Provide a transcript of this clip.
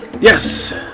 Yes